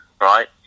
right